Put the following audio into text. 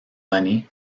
money